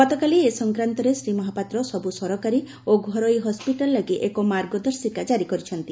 ଗତକାଲି ଏ ସଂକ୍ରାନ୍ତରେ ଶ୍ରୀ ମହାପାତ୍ର ସବୁ ସରକାରୀ ଓ ଘରୋଇ ହସ୍କିଟାଲ ଲାଗି ଏକ ମାର୍ଗଦର୍ଶିକା କାରି କରିଛନ୍ତି